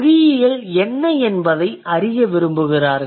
மொழியியல் என்ன என்பதை அறிய விரும்புகிறார்கள்